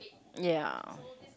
ya